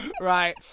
Right